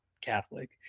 Catholic